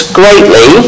greatly